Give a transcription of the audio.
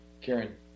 Karen